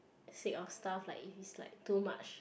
sick of stuff like if it's like too much